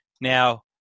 Now